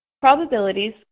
Probabilities